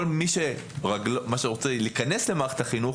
כל מי שרוצה להיכנס למערכת החינוך,